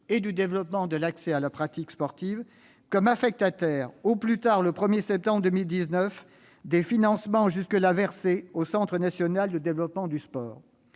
et du développement à l'accès à la pratique sportive » comme affectataire, au plus tard le 1 septembre 2019, des financements jusque-là versés au Centre national pour le développement du sport.